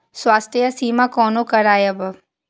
स्वास्थ्य सीमा कोना करायब?